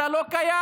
אתה לא קיים.